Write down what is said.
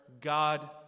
God